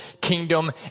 kingdom